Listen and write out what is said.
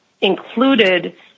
included